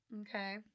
Okay